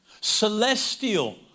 celestial